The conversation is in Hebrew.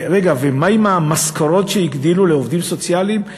ומה עם המשכורות שהגדילו לעובדים סוציאליים?